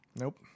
Nope